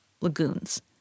lagoons